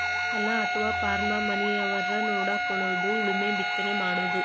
ಹೊಲಾ ಅಥವಾ ಪಾರ್ಮನ ಮನಿಯವರ ನೊಡಕೊಳುದು ಉಳುಮೆ ಬಿತ್ತನೆ ಮಾಡುದು